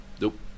Nope